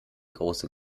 große